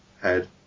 head